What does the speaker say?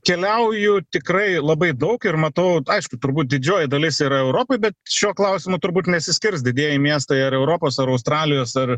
keliauju tikrai labai daug ir matau aišku turbūt didžioji dalis yra europoj bet šiuo klausimu turbūt nesiskirs didieji miestai ar europos ar australijos ar